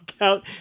out